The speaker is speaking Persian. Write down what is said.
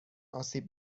آسیب